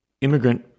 immigrant